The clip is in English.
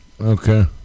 Okay